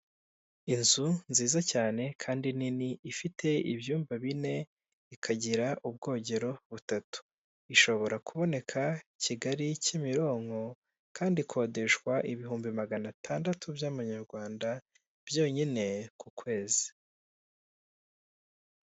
Inzu nziza cyane kandi nini ifite ibyumba bine, ikagira ubwogero butatu, ishobora kuboneka Kigali, Kimironko kandi ikodeshwa ibihumbi magana atandatu by'amanyarwanda byonyine ku kwezi.